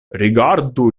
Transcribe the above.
rigardu